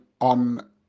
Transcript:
on